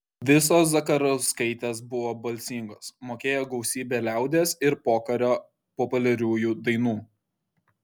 visos zakarauskaitės buvo balsingos mokėjo gausybę liaudies ir pokario populiariųjų dainų